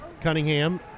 Cunningham